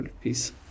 peace